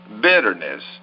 bitterness